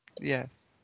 Yes